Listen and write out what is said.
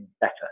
better